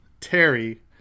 Terry